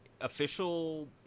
official